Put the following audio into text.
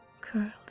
curled